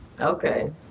Okay